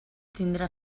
tindrà